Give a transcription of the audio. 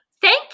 Thank